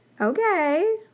Okay